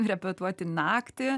repetuoti naktį